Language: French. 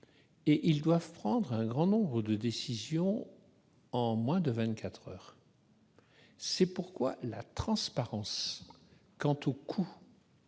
occasion prendre un grand nombre de décisions en moins de vingt-quatre heures. C'est pourquoi la transparence quant au coût